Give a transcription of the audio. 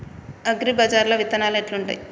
అగ్రిబజార్ల విత్తనాలు ఎట్లుంటయ్?